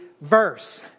verse